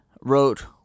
wrote